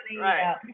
right